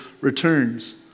returns